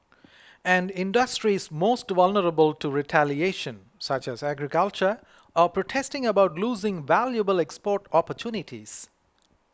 and industries most vulnerable to retaliation such as agriculture are protesting about losing valuable export opportunities